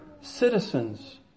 citizens